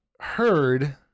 heard